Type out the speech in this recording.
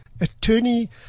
attorney